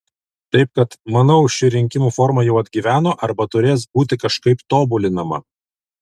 taip kad manau ši rinkimų forma jau atgyveno arba turės būti kažkaip tobulinama